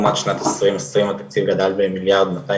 לעומת שנת 2020 התקציב גדל במיליארד מאתיים